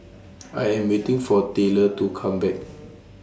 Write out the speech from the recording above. I Am waiting For Taylor to Come Back